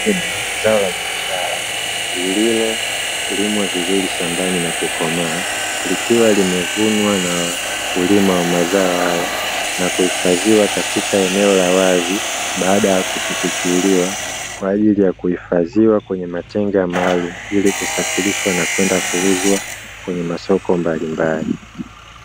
Zao la kibiashara lililolimwa vizuri shambani na kukomaa, likiwa limevunwa na wakulima wa mazao hayo na kuhifadhiwa katika eneo la wazi, baada ya kupukuchukuliwa, kwa ajili ya kuhifadhiwa kwenye matenga maalumu, ili kusafirishwa na kwenda kuuzwa kwenye masoko mbalimbali.